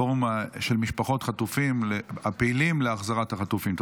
פורום של משפחות חטופים הפעילים להחזרת החטופים.